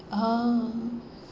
oh